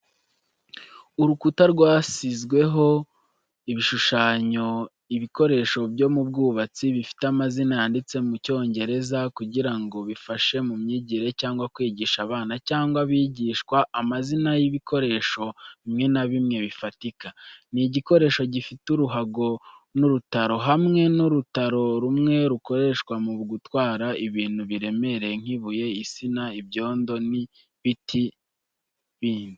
Urukuta rwasizweho ibishushanyo by’ibikoresho byo mu bwubatsi, bifite amazina yanditseho mu Cyongereza kugira ngo bifashe mu myigire cyangwa kwigisha abana cyangwa abigishwa amazina y'ibikoresho bimwe na bimwe bifatika. Ni igikoresho gifite uruhago n’urutaro hamwe n’urutaro rumwe gikoreshwa mu gutwara ibintu biremereye nk’ibuye, isima, ibyondo, ibiti n’ibindi.